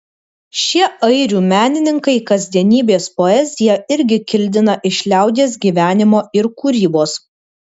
šie airių menininkai kasdienybės poeziją irgi kildina iš liaudies gyvenimo ir kūrybos